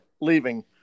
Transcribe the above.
leaving